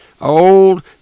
Old